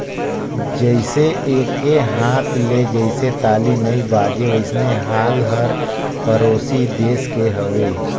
जइसे एके हाथ ले जइसे ताली नइ बाजे वइसने हाल हर परोसी देस के हवे